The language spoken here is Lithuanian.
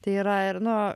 tai yra ir nu